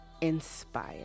inspired